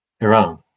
Iran